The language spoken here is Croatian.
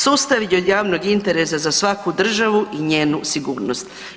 Sustav je od javnog interesa za svaku državu i njenu sigurnost.